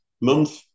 month